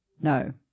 No